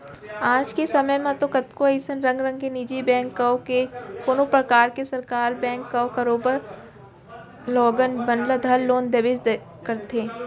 आज के समे म तो कतको अइसन रंग रंग के निजी बेंक कव के कोनों परकार के सरकार बेंक कव करोबर लोगन मन ल धर लोन देबेच करथे